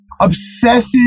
obsessive